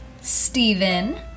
Steven